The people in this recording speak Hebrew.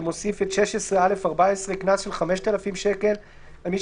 שמוסיף את 16(א)(14) קנס של 5,000 שקלים על מי